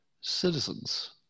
citizens